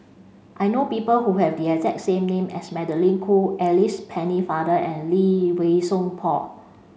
I know people who have the exact same name as Magdalene Khoo Alice Pennefather and Lee Wei Song Paul